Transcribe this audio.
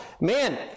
man